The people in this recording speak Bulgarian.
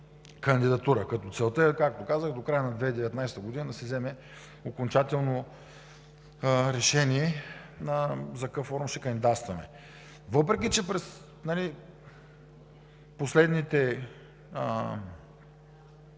кандидатура, като целта е, както казах, до края на 2019 г. да се вземе окончателно решение за какъв форум ще кандидатстваме. Въпреки че през последните